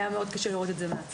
היה קשה מאוד לראות את זה מהצד.